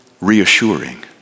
reassuring